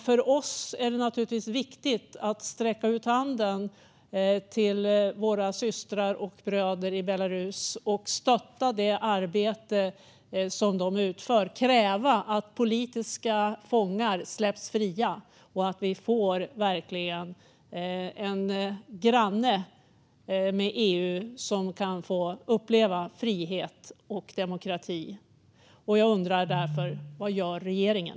För oss är det viktigt att sträcka ut handen till våra systrar och bröder i Belarus och stötta det arbete som de utför, att kräva att politiska fångar ska släppas fria och att vi får en granne till EU där man kan uppleva frihet och demokrati. Jag undrar därför: Vad gör regeringen?